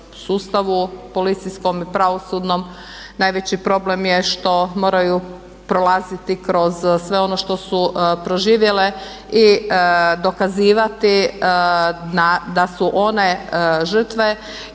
sustavu policijskom i pravosudnom najveći problem je što moraju prolaziti kroz sve ono što su proživjele i dokazivati da su one žrtve